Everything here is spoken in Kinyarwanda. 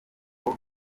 nuko